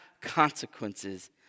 consequences